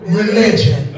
religion